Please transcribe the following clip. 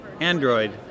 Android